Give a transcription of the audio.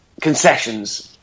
concessions